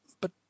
But